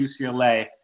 UCLA